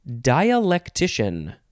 Dialectician